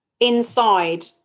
inside